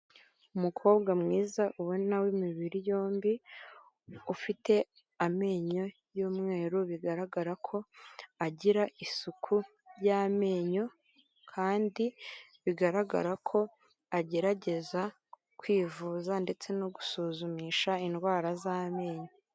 Umukobwa mwiza ubona w'imibiri yombi, ufite amenyo y'umweru bigaragara ko agira isuku y'amenyo kandi bigaragara ko agerageza kwivuza ndetse no gusuzumisha indwara z'amenyo.